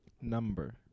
Number